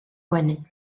gwenu